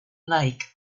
lake